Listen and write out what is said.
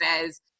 says